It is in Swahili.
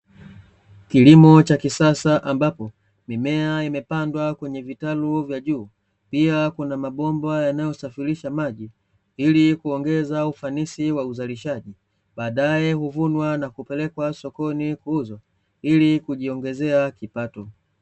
Kilimo cha kisasa ambapo, mimea imepandwa kwenye vitalu vya juu, pia kuna mabomba yanayosafirisha maji, ili kuongeza ufanisi wa uzalishaji, baadae huvunwa na kupelekwa sokoni kuuzwa, ili kujiongezea kipato.